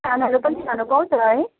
खानाहरू पनि लानुपाउँछ है